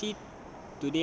ah I see